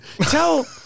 tell